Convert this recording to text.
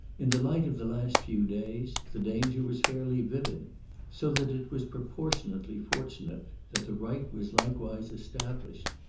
in the light of the last few days the danger was fairly vivid so that it was proportionately fortunate that the right was likewise established.